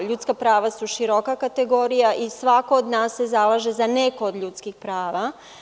Ljudska prava su široka kategorija i svako od nas se zalaže za neko od ljudskih prava.